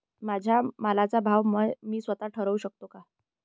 माझ्या मालाचा भाव मी स्वत: ठरवू शकते का?